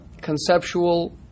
conceptual